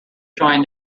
joined